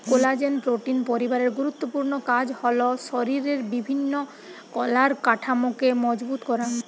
collagen protein পরিবারের গুরুত্বপূর্ণ কাজ হল শরিরের বিভিন্ন কলার কাঠামোকে মজবুত করা